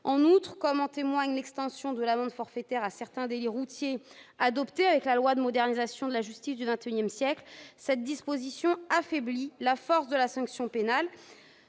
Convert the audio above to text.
En outre, comme en témoigne l'extension de l'amende forfaitaire à certains délits routiers, adoptée dans la loi de modernisation de la justice du XXI siècle, cette disposition affaiblit la force de la sanction pénale.